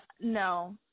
No